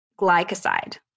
glycoside